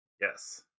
Yes